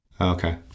Okay